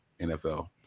NFL